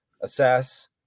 assess